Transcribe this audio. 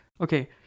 Okay